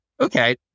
okay